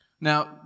Now